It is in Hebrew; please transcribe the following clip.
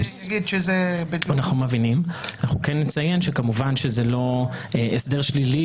אנחנו כן נציין שכמובן שזה לא הסדר שלילי.